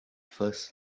first